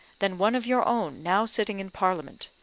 than one of your own now sitting in parliament,